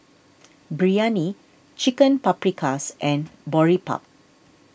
Biryani Chicken Paprikas and Boribap